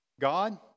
God